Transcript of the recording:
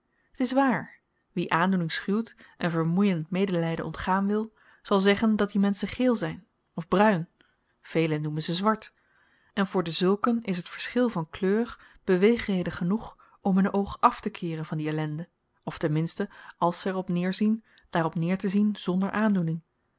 waar wie aandoening schuwt en vermoeiend mede lyden ontgaan wil zal zeggen dat die menschen geel zyn of bruin velen noemen ze zwart en voor dezulken is t verschil van kleur beweegreden genoeg om hun oog aftekeeren van die ellende of ten minste àls zy er op neerzien daarop neertezien zonder aandoening